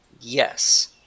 Yes